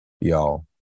y'all